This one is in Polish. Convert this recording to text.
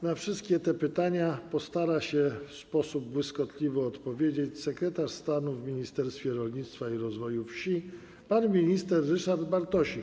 Na te wszystkie pytania postara się w sposób błyskotliwy odpowiedzieć sekretarz stanu w Ministerstwie Rolnictwa i Rozwoju Wsi pan minister Ryszard Bartosik.